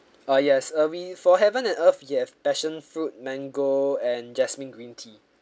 uh yes uh we for heaven and earth we have passion fruit mango and jasmine green tea